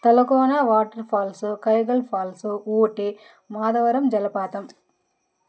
Talakona waterfalls Kaigal falls Ooty Madhavaram జలపాతం